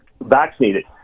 vaccinated